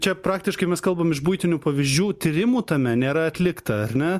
čia praktiškai mes kalbam iš buitinių pavyzdžių tyrimų tame nėra atlikta ar ne